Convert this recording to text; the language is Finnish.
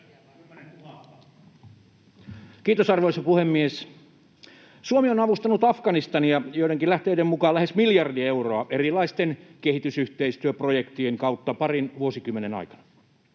Kiitos, arvoisa puhemies! Suomi on avustanut Afganistania joidenkin lähteiden mukaan lähes miljardilla eurolla erilaisten kehitysyhteistyöprojektien kautta parin vuosikymmenen aikana.